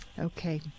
Okay